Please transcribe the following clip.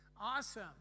Awesome